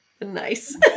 Nice